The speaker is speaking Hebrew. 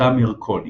יותם ירקוני,